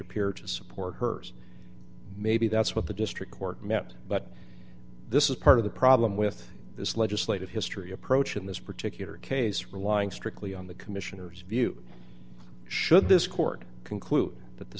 appear to support hers maybe that's what the district court met but this is part of the problem with this legislative history approach in this particular case relying strictly on the commissioner's view should this court conclude that the